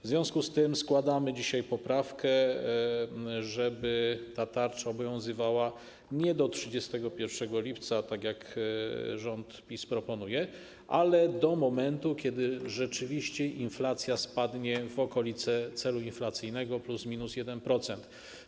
W związku z tym składamy dzisiaj poprawkę, żeby ta tarcza obowiązywała nie do 31 lipca, tak jak rząd PiS proponuje, ale do momentu, kiedy rzeczywiście inflacja spadnie w okolice celu inflacyjnego, plus, minus 1%.